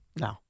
No